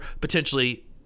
potentially